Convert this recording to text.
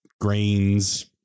grains